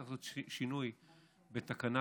צריך לעשות שינוי בתקנות